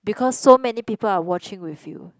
because so many people are watching with you